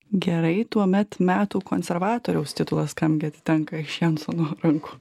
gerai tuomet metų konservatoriaus titulas kam gi atitenka iš jansono rankų